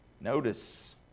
Notice